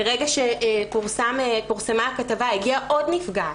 מרגע שפורסמה הכתבה, הגיעה עוד נפגעת.